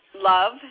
love